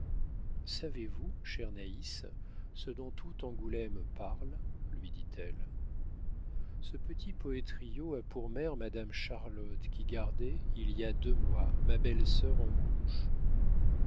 savez-vous chère naïs ce dont tout angoulême parle lui dit-elle ce petit poëtriau a pour mère madame charlotte qui gardait il y a deux mois ma belle-sœur en couches